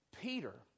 Peter